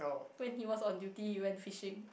when he was on duty he went fishing